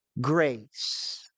grace